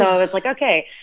so i was like, ok.